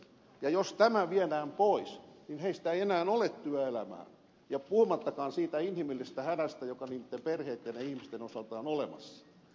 ja jos tämä viedään pois heistä ei enää ole työelämään puhumattakaan siitä inhimillisestä hädästä joka niitten perheitten ja ihmisten osalta on olemassa